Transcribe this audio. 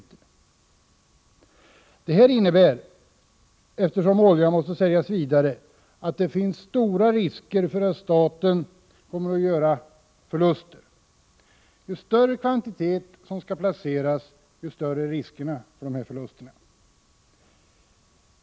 Eftersom oljan måste säljas vidare innebär det att det finns stora risker för att staten kommer att göra förluster. Ju större kvantitet som skall placeras, ju större är förlustriskerna.